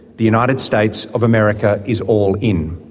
the united states of america is all in.